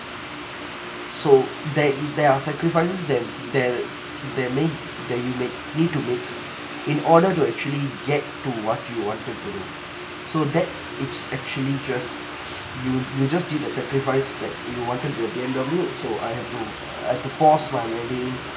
so there it there are sacrifices that there there may that you make need to make in order to actually get to what you wanted to do so that it's actually just you you just did a sacrifice that you wanted a B_M_W so I have to I have to pause my wedding